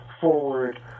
forward